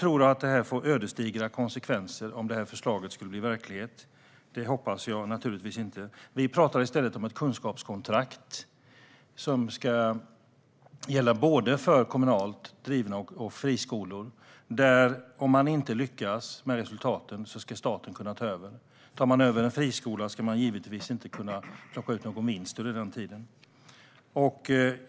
Om det här förslaget skulle bli verklighet tror jag att det skulle få ödesdigra konsekvenser. Det hoppas jag naturligtvis inte. Vi pratar i stället om ett kunskapskontrakt som ska gälla för både kommunalt drivna skolor och friskolor. Om man inte lyckas med resultaten ska staten kunna ta över. Tar man över en friskola ska man givetvis inte kunna plocka ut någon vinst under den tiden.